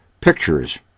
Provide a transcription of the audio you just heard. pictures